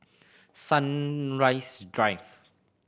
Sunrise Drive